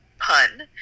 pun